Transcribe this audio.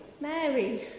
Mary